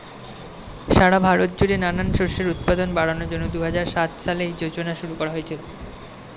সারা ভারত জুড়ে নানান শস্যের উৎপাদন বাড়ানোর জন্যে দুহাজার সাত সালে এই যোজনা শুরু করা হয়েছিল